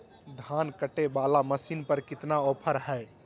धान कटे बाला मसीन पर कितना ऑफर हाय?